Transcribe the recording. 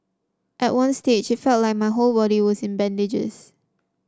at one stage it felt like my whole body was in bandages